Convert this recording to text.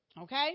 Okay